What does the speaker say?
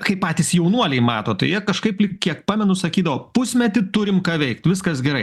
kaip patys jaunuoliai mato tai jie kažkaip lyg kiek pamenu sakydavo pusmetį turim ką veikt viskas gerai